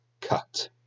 cut